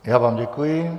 Já vám děkuji.